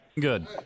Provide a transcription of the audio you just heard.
Good